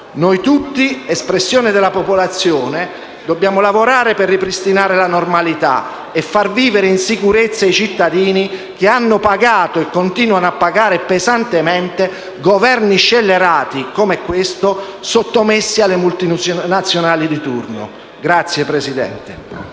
Noi tutti, espressione della popolazione, dobbiamo lavorare per ripristinare la normalità e far vivere in sicurezza i cittadini, che hanno pagato e continuano a pagare pesantemente Governi scellerati come questo, sottomessi alle multinazionali di turno. PRESIDENTE.